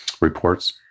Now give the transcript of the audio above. reports